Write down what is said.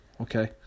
okay